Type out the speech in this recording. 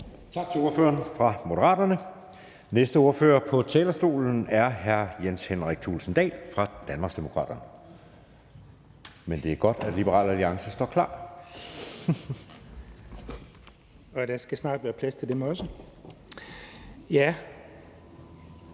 Tak til ordføreren fra Moderaterne. Næste ordfører på talerstolen er hr. Jens Henrik Thulesen Dahl fra Danmarksdemokraterne, men det er godt, at Liberal Alliance står klar. Kl. 11:48 (Ordfører) Jens